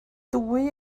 dwy